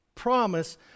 promise